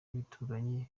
by’ibituranyi